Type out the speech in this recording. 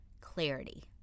clarity